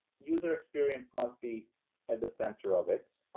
user experience must be at the center of it.